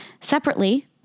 Separately